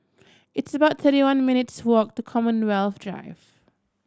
it's about thirty one minutes' walk to Commonwealth Drive